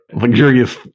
luxurious